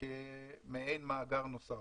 כמעין מאגר נוסף.